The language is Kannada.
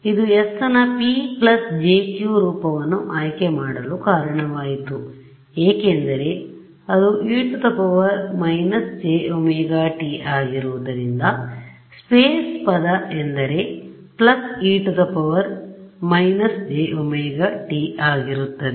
ಇದು s ನ p jq ರೂಪವನ್ನು ಆಯ್ಕೆ ಮಾಡಲು ಕಾರಣವಾಯಿತು ಏಕೆಂದರೆ ಅದು e−jωt ಆಗಿರುವುದರಿಂದ ಸ್ಪೇಸ್ ಪದ ಎಂದರೆ e−jωt ಆಗಿರುತ್ತದೆ